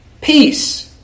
peace